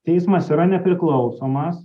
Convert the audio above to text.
teismas yra nepriklausomas